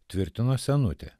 tvirtino senutė